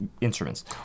Instruments